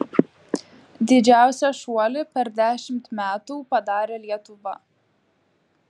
didžiausią šuolį per dešimt metų padarė lietuva